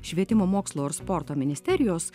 švietimo mokslo ir sporto ministerijos